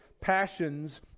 passions